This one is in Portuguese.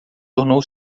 tornou